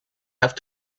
have